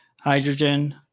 hydrogen